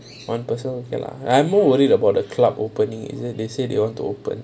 one person okay lah I'm more worried about the club opening is it they say they want to open